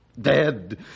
dead